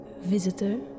visitor